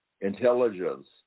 intelligence